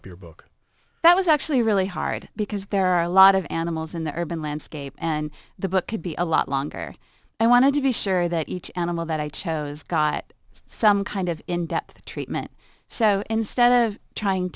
up your book that was actually really hard because there are a lot of animals in the urban landscape and the book could be a lot longer i wanted to be sure that each animal that i chose got some kind of in depth treatment so instead of trying